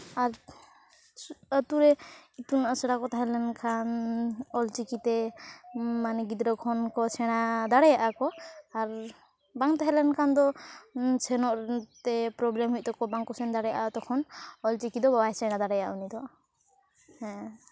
ᱟᱨ ᱟᱹᱛᱩᱨᱮ ᱤᱛᱩᱱ ᱟᱥᱲᱟ ᱠᱚ ᱛᱟᱦᱮᱸ ᱞᱮᱱᱠᱷᱟᱱ ᱚᱞᱪᱤᱠᱤᱛᱮ ᱢᱟᱱᱮ ᱜᱤᱫᱽᱨᱟᱹ ᱠᱷᱚᱱ ᱠᱚ ᱥᱮᱬᱟ ᱫᱟᱲᱮᱭᱟᱜᱼᱟ ᱠᱚ ᱟᱨ ᱵᱟᱝ ᱛᱟᱦᱮᱸ ᱞᱮᱱᱠᱷᱟᱱ ᱫᱚ ᱥᱮᱱᱚᱜ ᱛᱮ ᱯᱨᱚᱵᱞᱮᱢ ᱦᱩᱭᱩᱜ ᱛᱟᱠᱚᱣᱟ ᱵᱟᱝᱠᱚ ᱥᱮᱱ ᱫᱟᱲᱮᱭᱟᱜᱼᱟ ᱛᱚᱠᱷᱚᱱ ᱚᱞᱪᱤᱠᱤ ᱫᱚ ᱵᱟᱭ ᱥᱮᱬᱟ ᱫᱟᱲᱮᱭᱟᱜᱼᱟ ᱩᱱᱤ ᱫᱚ ᱦᱮᱸ